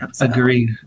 Agreed